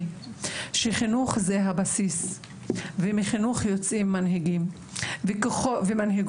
שחינוך זה הבסיס ומחינוך יוצאים מנהיגים ומנהיגות.